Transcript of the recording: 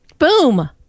boom